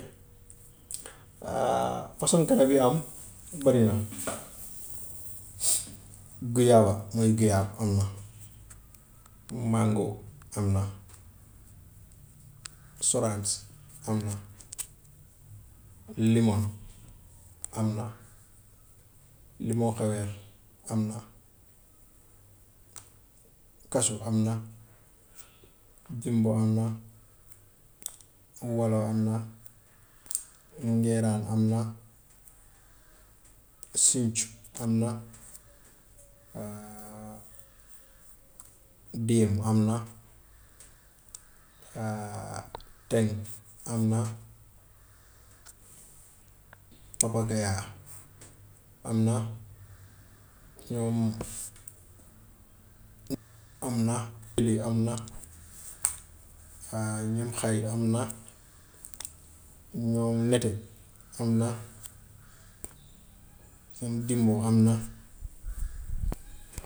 façon garab yi am bari na guyava mooy guyave am na, mango am na, soraas am na, limoŋ am na, limo xewer am na kasu am na, dimb am na, wolo am na ngeeraan am na, sincu am na déem am na, teŋ am na am na, ñoom am na lii am na même xay am na ñoom nete am na même dimb am na.